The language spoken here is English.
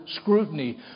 scrutiny